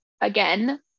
again